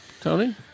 Tony